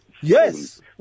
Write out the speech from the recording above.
Yes